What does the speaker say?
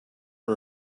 are